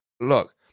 look